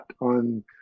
on